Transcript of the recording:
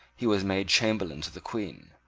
he was made chamberlain to the queen.